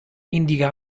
indica